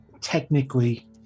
technically